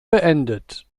beendet